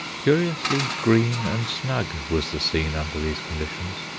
curiously green and snug was the scene under these conditions,